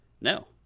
No